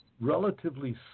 relatively